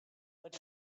but